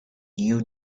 new